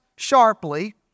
Sharply